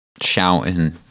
shouting